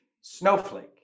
Snowflake